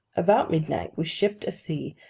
about midnight we shipped a sea,